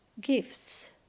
gifts